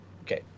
Okay